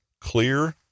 clear